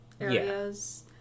areas